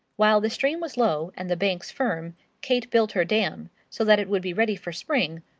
while the stream was low, and the banks firm, kate built her dam, so that it would be ready for spring,